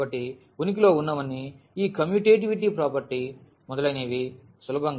కాబట్టి ఉనికిలో ఉన్నవన్నీ ఈ కమ్యుటేటివిటీ ప్రాపర్టీ మొదలైనవి సులభంగా ధృవీకరించగలవు